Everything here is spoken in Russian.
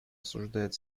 осуждает